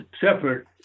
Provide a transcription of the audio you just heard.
separate